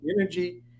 energy